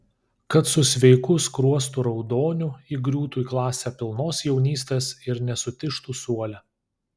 kad su sveiku skruostų raudoniu įgriūtų į klasę pilnos jaunystės ir nesutižtų suole